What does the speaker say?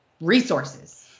resources